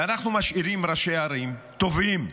ואנחנו משאירים ראשי ערים טובים,